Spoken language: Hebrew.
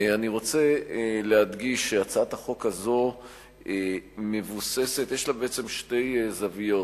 אני רוצה להדגיש שלהצעת החוק הזאת יש שתי זוויות.